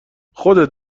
خودت